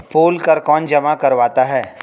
पोल कर कौन जमा करवाता है?